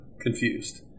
confused